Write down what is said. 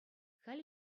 халӗ